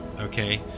okay